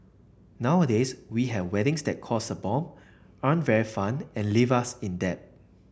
nowadays we have weddings that cost a bomb aren't very fun and leave us in debt